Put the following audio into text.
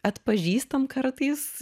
atpažįstam kartais